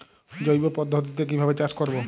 জৈব পদ্ধতিতে কিভাবে চাষ করব?